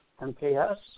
MKS